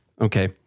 Okay